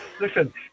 listen